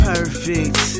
Perfect